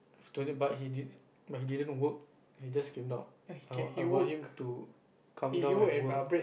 stood it but he did but he didn't work he just came down I want I want him to come down and work